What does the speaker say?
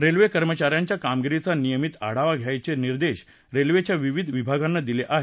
railway कर्मचा यांच्या कामगिरीचा नियमित आढावा घ्यायचे निर्देश रेल्वेच्या विविध विभागांना दिले आहेत